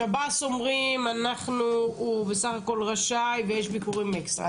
שב"ס אומרים שהוא רשאי ויש ביקורים אקסטרה.